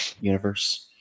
universe